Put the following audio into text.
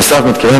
נוסף על כך,